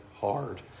hard